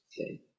Okay